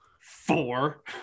Four